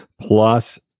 plus